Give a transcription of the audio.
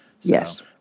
yes